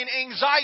anxiety